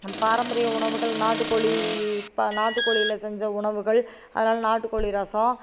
பாரம்பரிய உணகள் நாட்டுக்கோழி நாட்டுக்கோழில செஞ்ச உணவுகள் அதனால் நாட்டுக்கோழி ரசம்